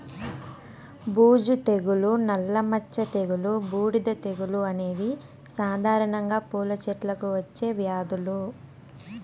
బూజు తెగులు, నల్ల మచ్చ తెగులు, బూడిద తెగులు అనేవి సాధారణంగా పూల చెట్లకు వచ్చే వ్యాధులు